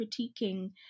critiquing